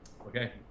Okay